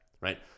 right